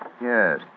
Yes